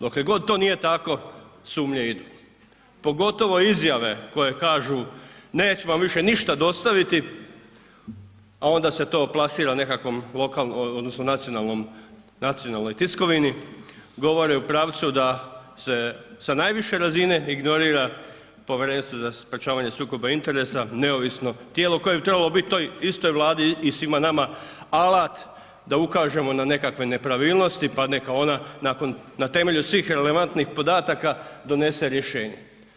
Dokle god to nije tako sumnje idu, pogotovo izjave koje kažu nećemo više ništa dostaviti, a onda se to plasira lokalnom odnosno nacionalnoj tiskovini, govore u pravcu da se sa najviše razine ignorira Povjerenstvo za sprječavanje sukoba interesa, neovisno tijelo koje bi trebalo biti toj istoj Vladi i svima nama alat da ukažemo na nekakve nepravilnosti, pa neka ona nakon, na temelju svih relevantnih podataka donese rješenje.